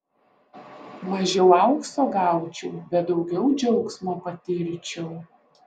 mažiau aukso gaučiau bet daugiau džiaugsmo patirčiau